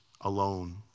alone